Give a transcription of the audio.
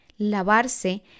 LAVARSE